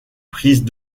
prises